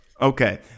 okay